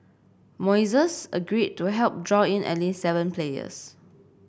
Moises agreed to help draw in at least seven players